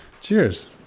cheers